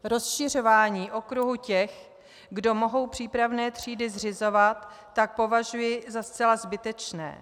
Rozšiřování okruhu těch, kdo mohou přípravné třídy zřizovat, tak považuji za zcela zbytečné.